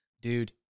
dude